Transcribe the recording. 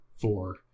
four